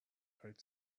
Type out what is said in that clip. خواید